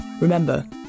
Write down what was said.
Remember